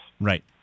right